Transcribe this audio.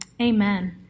amen